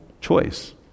choice